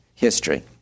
History